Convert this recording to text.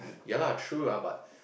ya lah true lah but